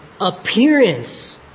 appearance